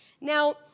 Now